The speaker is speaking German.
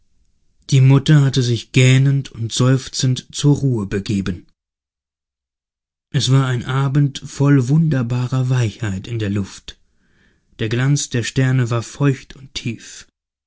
die mutter hatte sich gähnend und seufzend zur ruhe begeben es war ein abend voll wunderbarer weichheit der luft der glanz der sterne war feucht und tief